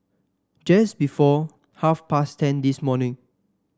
just before half past ten this morning